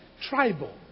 tribal